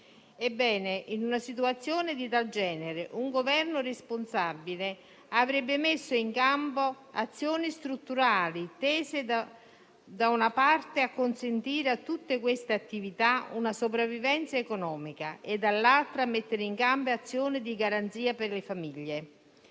Ebbene, in una situazione di tal genere un Governo responsabile avrebbe messo in campo azioni strutturali tese - da una parte - a consentire a tutte queste attività una sopravvivenza economica e - dall'altra - a mettere in campo azioni di garanzia per le famiglie.